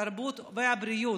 התרבות והבריאות,